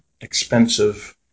expensive